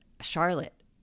Charlotte